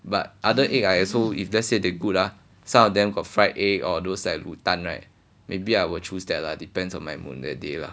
but other egg I also if let's say they good ah some of them got fried egg or those like 卤蛋 right maybe I will choose that lah depends on my mood that day lah